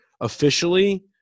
officially –